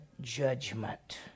judgment